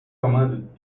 commanded